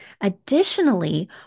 Additionally